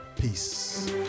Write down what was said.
Peace